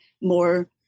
more